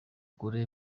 kure